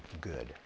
good